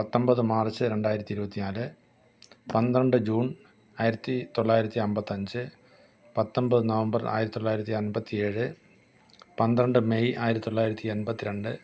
പത്തൊൻപത് മാർച്ച് രണ്ടായിരത്തി ഇരുപത്തി നാല് പന്ത്രണ്ട് ജൂൺ ആയിരത്തി തൊള്ളായിരത്തി അൻപത്തഞ്ച് പത്തൊൻപത് നവംബർ ആയിരത്തി തൊള്ളായിരത്തി അൻപത്തി ഏഴ് പന്ത്രണ്ട് മെയ് ആയിരത്തി തൊള്ളായിരത്തി എൺപത്തി രണ്ട്